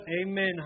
Amen